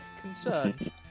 concerned